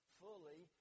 fully